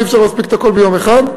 אי-אפשר להספיק את הכול ביום אחד.